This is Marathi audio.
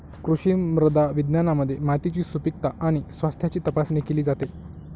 कृषी मृदा विज्ञानामध्ये मातीची सुपीकता आणि स्वास्थ्याची तपासणी केली जाते